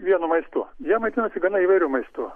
vienu maistu jie maitinasi gana įvairiu maistu